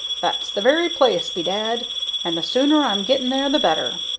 that's the very place, bedad! and the sooner i'm getting there the better.